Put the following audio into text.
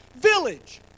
village